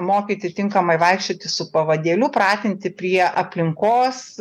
mokyti tinkamai vaikščioti su pavadėliu pratinti prie aplinkos